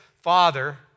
father